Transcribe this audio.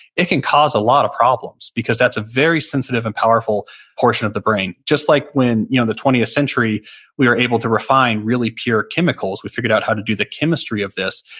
it can cause a lot of problems because that's a very sensitive and powerful portion of the brain just like when in you know the twentieth century we were able to refine really pure chemicals. we figured out how to do the chemistry of this.